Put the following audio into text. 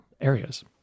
areas